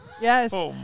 Yes